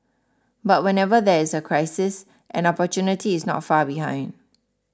but whenever there is a crisis an opportunity is not far behind